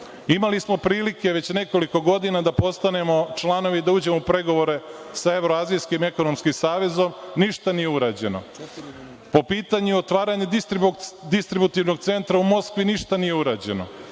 Imali smo prilike već nekoliko godina da postanemo članovi i da uđemo u pregovore sa Evroazijskim ekonomskim savezom, ali ništa nismo uradili. Po pitanju otvaranja distributivnog centra u Moskvi, ništa nije urađeno.